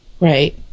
right